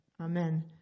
Amen